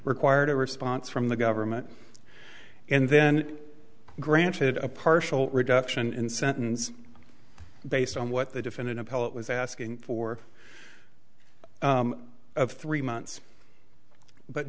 required a response from the government and then granted a partial reduction in sentence based on what the defendant appellate was asking for of three months but